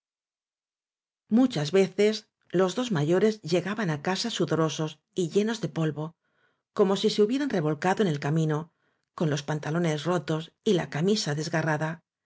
muchas veces los dos mayores llegaban á sudorosos casa y llenos de polvo como si se hubieran revolcado en el camino con los pan talones rotos y la camisa desgarrada